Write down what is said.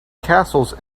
castles